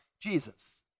Jesus